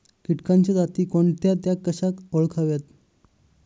किटकांच्या जाती कोणत्या? त्या कशा ओळखाव्यात?